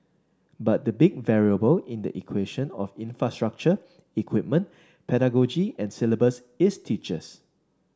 but the big variable in the equation of infrastructure equipment pedagogy and syllabus is teachers